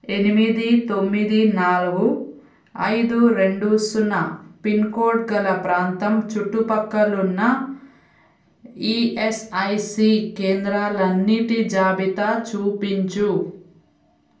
ఎనిమిది తొమ్మిది నాలుగు ఐదు రెండు సున్నా పిన్కోడ్ గల ప్రాంతం చుట్టుపక్కలున్న ఈఎస్ఐసీ కేంద్రాలన్నిటి జాబితా చూపించు